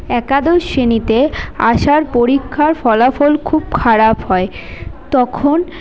একাদশ শ্রেণীতে আসার পরীক্ষার ফলাফল খুব খারাপ হয় তখন